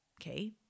okay